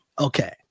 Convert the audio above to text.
okay